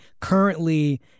currently